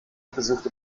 besuchte